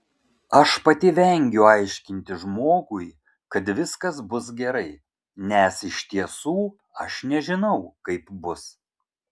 aš pati vengiu aiškinti žmogui kad viskas bus gerai nes iš tiesų aš nežinau kaip bus